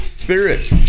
spirit